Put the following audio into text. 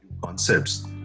concepts